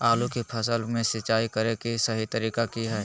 आलू की फसल में सिंचाई करें कि सही तरीका की हय?